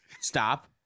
Stop